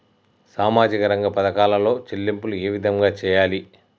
సామాజిక రంగ పథకాలలో చెల్లింపులు ఏ విధంగా చేయాలి?